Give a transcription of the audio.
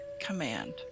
command